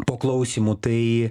po klausymų tai